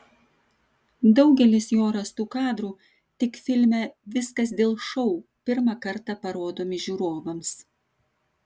daugelis jo rastų kadrų tik filme viskas dėl šou pirmą kartą parodomi žiūrovams